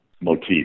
motif